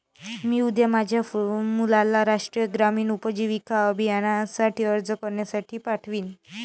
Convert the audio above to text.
मी उद्या माझ्या मुलाला राष्ट्रीय ग्रामीण उपजीविका अभियानासाठी अर्ज करण्यासाठी पाठवीन